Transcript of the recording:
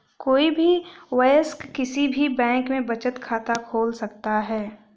कोई भी वयस्क किसी भी बैंक में बचत खाता खोल सकता हैं